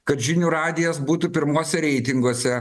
kad žinių radijas būtų pirmuose reitinguose